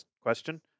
Question